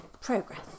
progress